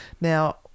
now